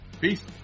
Peace